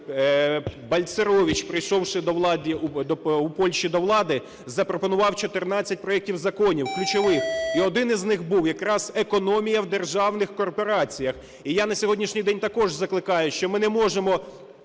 Бальцерович, прийшовши у Польщі до влади, запропонував 14 проектів законів, ключових, і один із них був - якраз економія в державних корпораціях. І я на сьогоднішній день також закликаю, що ми не можемо